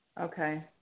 Okay